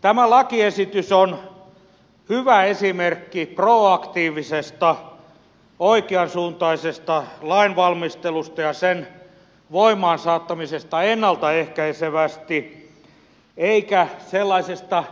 tämä lakiesitys on hyvä esimerkki proaktiivisesta oikeansuuntaisesta lainvalmistelusta ja sen voimaan saattamisesta ennalta ehkäisevästi eikä sellaisesta